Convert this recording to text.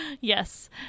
Yes